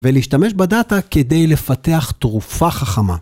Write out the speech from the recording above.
‫ולהשתמש בדאטה כדי לפתח תרופה חכמה.